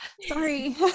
sorry